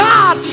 God